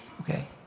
Okay